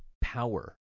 power